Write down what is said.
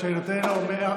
כשאני נותן מעל,